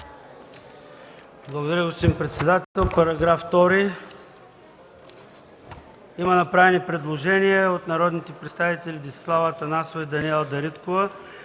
Благодаря, господин председател. По § 2 има направени предложения от народните представители Десислава Атанасова и Даниела Дариткова